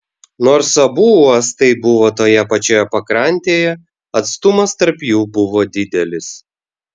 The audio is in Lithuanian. nors abu uostai buvo toje pačioje pakrantėje atstumas tarp jų buvo didelis